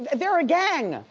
they're a gang.